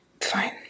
Fine